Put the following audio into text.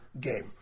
game